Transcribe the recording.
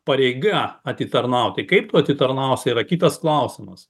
pareiga atitarnauti kaip tu atitarnausi yra kitas klausimas